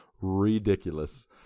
ridiculous